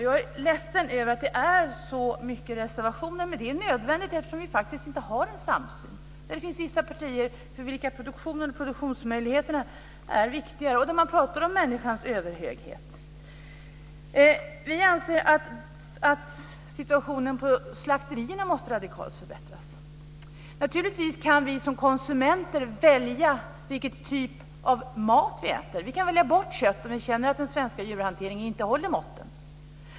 Jag är ledsen över att det är så många reservationer. Men det är nödvändigt, eftersom vi faktiskt inte har en samsyn. Det finns vissa partier för vilka produktionen och produktionsmöjligheterna är viktigare och där man talar om människans överhöghet. Vi anser att situationen på slakterierna måste radikalt förbättras. Naturligtvis kan vi som konsumenter välja vilken typ av mat vi äter. Vi kan välja bort kött om vi känner att den svenska djurhanteringen inte håller måttet.